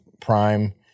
prime